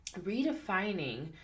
redefining